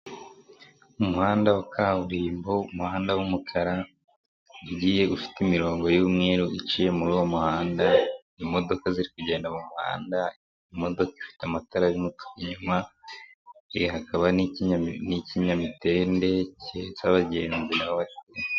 Umuhanda wa kaburimbo umuhanda w'umukara, ugiye ufite imirongo y'umweru iciye muri uwo muhanda, imodoka ziri kugenda mu muhanda, imodoka ifite amatara y'umutuku, inyuma hakaba n'ikinyamitende cy'abagenzi.